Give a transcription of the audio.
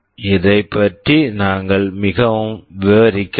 இதைப் பற்றி நாங்கள் மிக அதிகம் விவரிக்கவில்லை